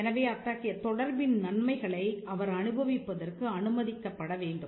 எனவே அத்தகைய தொடர்பின் நன்மைகளை அவர் அனுபவிப்பதற்கு அனுமதிக்கப்பட வேண்டும்